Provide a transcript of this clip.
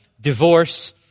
divorce